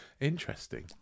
interesting